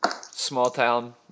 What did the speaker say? small-town